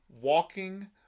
walking